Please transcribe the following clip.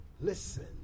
Listen